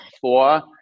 four